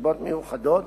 בנסיבות מיוחדות,